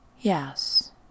Yes